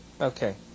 Okay